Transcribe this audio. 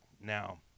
Now